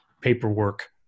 paperwork